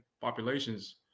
populations